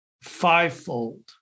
fivefold